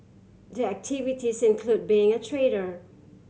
the activities include being a trader